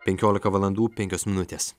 penkiolika valandų penkios minutės